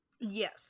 yes